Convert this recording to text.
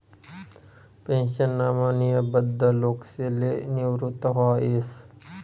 पेन्शनमा नियमबद्ध लोकसले निवृत व्हता येस